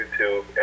YouTube